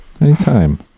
Anytime